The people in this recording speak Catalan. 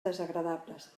desagradables